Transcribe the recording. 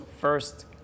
first